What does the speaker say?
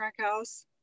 Trackhouse